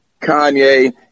Kanye